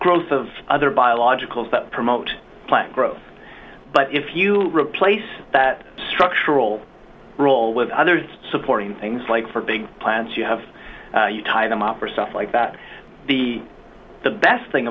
growth of other biologicals that promote plant growth but if you replace that structural role with other supporting things like for big plants you have you tie them up for stuff like that the the best thing